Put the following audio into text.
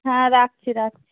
হ্যাঁ রাখছি রাখছি